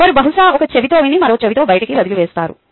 వారు బహుశా ఒక చెవితో విని మరొ చెవితో బయటకు వదిలేస్తారు